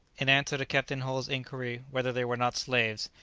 in answer to captain hull's inquiry whether they were not slaves,